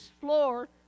floor